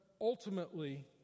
ultimately